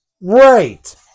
Right